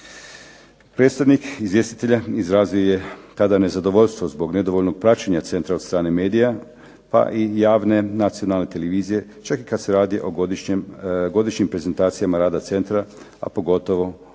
Predstavnik izvjestitelja izrazio je tada nezadovoljstvo zbog nedovoljnog praćenja centra od strane medija pa i javne nacionalne televizije čak i kad se radi o godišnjim prezentacijama rada centra a pogotovo o